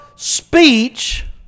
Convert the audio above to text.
speech